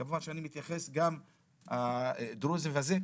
כמובן שאני מתייחס גם הדרוזים וזה,